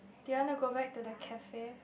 do you want to go back to the cafe